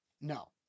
No